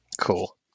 Cool